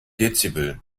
dezibel